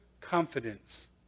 confidence